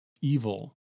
evil